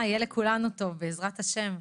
שיהיה לכולנו טוב, בעזרת השם.